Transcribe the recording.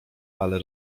ale